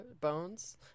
bones